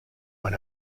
when